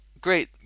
great